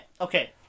okay